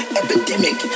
epidemic